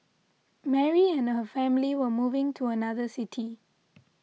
Mary and her family were moving to another city